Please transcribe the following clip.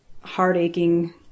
heart-aching